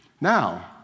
Now